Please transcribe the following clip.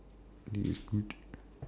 this is good